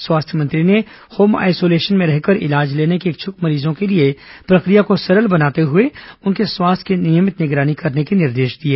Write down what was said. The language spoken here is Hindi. स्वास्थ्य मंत्री ने होम आइसोलेशन में रहकर इलाज लेने को इच्छुक मरीजों के लिए प्रक्रिया को सरल बनाते हुए उनके स्वास्थ्य की नियमित निगरानी करने के निर्देश दिए